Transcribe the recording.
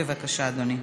בבקשה, אדוני.